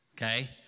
Okay